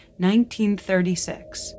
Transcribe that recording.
1936